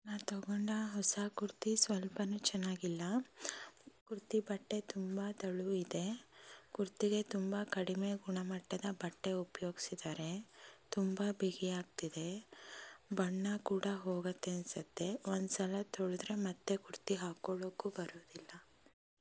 ನಾನ್ ತೊಗೊಂಡ ಹೊಸ ಕುರ್ತಿ ಸ್ವಲ್ಪಾನೂ ಚೆನ್ನಾಗಿಲ್ಲ ಕುರ್ತಿ ಬಟ್ಟೆ ತುಂಬ ತೆಳು ಇದೆ ಕುರ್ತಿಗೆ ತುಂಬ ಕಡಿಮೆ ಗುಣಮಟ್ಟದ ಬಟ್ಟೆ ಉಪಯೋಗ್ಸಿದಾರೆ ತುಂಬ ಬಿಗಿಯಾಗ್ತಿದೆ ಬಣ್ಣ ಕೂಡ ಹೋಗುತ್ತೆ ಅನಿಸತ್ತೆ ಒಂದು ಸಲ ತೊಳೆದ್ರೆ ಮತ್ತೆ ಕುರ್ತಿ ಹಾಕೊಳ್ಳೋಕ್ಕೂ ಬರೋದಿಲ್ಲ